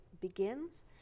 begins